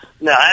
No